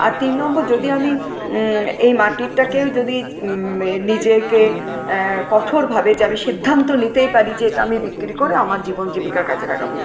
আর তিন নম্বর যদি আমি এই মাটিটাকেও যদি নিজেকে কঠোরভাবে যে আমি সিদ্ধান্ত নিতেই পারি যে এটা আমি বিক্রি করে আমার জীবন জীবিকা কাজে লাগাবো